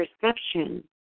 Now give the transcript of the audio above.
perception